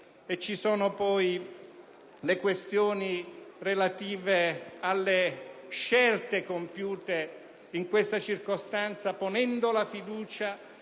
Ci sono poi le questioni relative alle scelte compiute in questa circostanza ponendo la fiducia